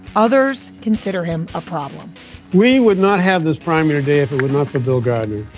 others consider him a problem we would not have this primary today if it were not for bill guy.